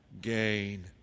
gain